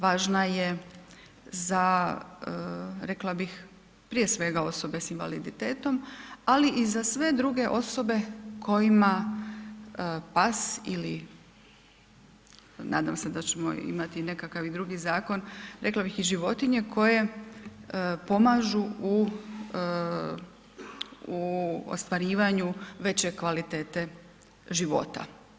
Važna je za rekla bih prije svega osobe s invaliditetom, ali i za sve druge osobe kojima pas ili nadam se da ćemo imami nekakav i drugi zakon, rekla bi i životinje koje pomažu u ostvarivanju veće kvalitete života.